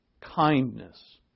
Kindness